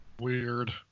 Weird